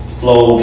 flow